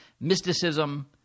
Mysticism